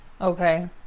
Okay